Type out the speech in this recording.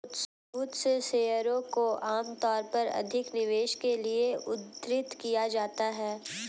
बहुत से शेयरों को आमतौर पर अधिक निवेश के लिये उद्धृत किया जाता है